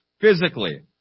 physically